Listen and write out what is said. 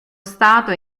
stato